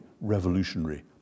revolutionary